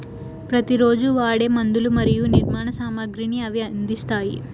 ప్రతి రోజు వాడే మందులు మరియు నిర్మాణ సామాగ్రిని ఇవి అందిస్తాయి